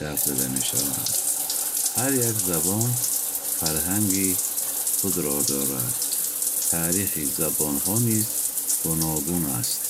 гап зада мешаванд. Ҳар як забон фарҳанги худро дорад. Таърихи забонҳо низ гуногун аст.